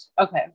Okay